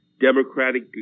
democratic